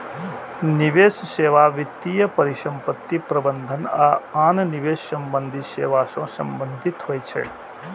निवेश सेवा वित्तीय परिसंपत्ति प्रबंधन आ आन निवेश संबंधी सेवा सं संबंधित होइ छै